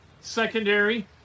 secondary